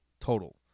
total